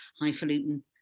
highfalutin